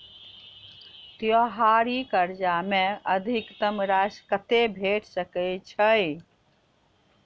त्योहारी कर्जा मे अधिकतम राशि कत्ते भेट सकय छई?